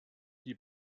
die